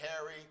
Harry